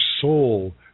soul